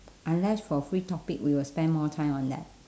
unless for free topic we will spend more time on that